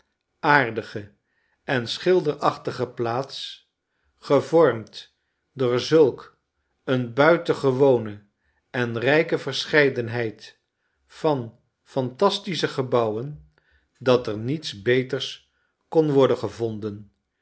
aardige en schilderachtige plaats gevormd door zulk een buitengewone en rijke verscheidenheid van phantastische gebouwen dat er niets beters kon worden gevonden